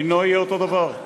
דינו יהיה אותו דבר.